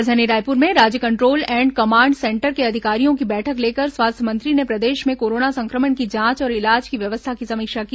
राजधानी रायपुर में राज्य कंट्रोल एंड कमांड सेंटर के अधिकारियों की बैठक लेकर स्वास्थ्य मंत्री ने प्रदेश में कोरोना संक्रमण की जांच और इलाज की व्यवस्था की समीक्षा की